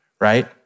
Right